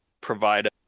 provide